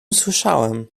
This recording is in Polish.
słyszałem